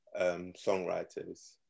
songwriters